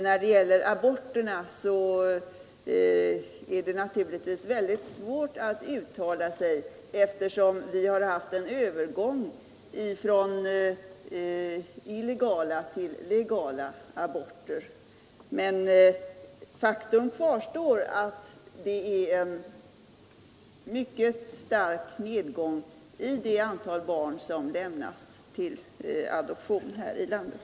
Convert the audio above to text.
När det gäller aborterna är det naturligtvis väldigt svårt att uttala sig, eftersom vi har haft en övergång från illegala till legala aborter. Men faktum kvarstår att det är en mycket stark nedgång i det antal barn som lämnas till adoption här i landet.